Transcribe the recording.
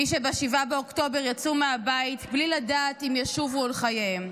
מי שב-7 באוקטובר יצאו מהבית בלי לדעת אם ישובו אל חייהם,